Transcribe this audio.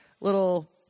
little